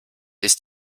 ist